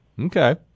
Okay